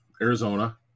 Arizona